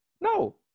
No